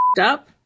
up